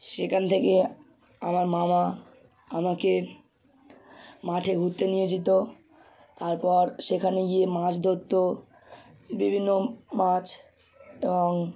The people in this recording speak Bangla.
সেখান থেকে আমার মামা আমাকে মাঠে ঘুরতে নিয়ে যেত তারপর সেখানে গিয়ে মাছ ধরতো বিভিন্ন মাছ এবং